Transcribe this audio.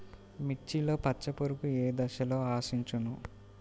మిర్చిలో పచ్చ పురుగు ఏ దశలో ఆశించును?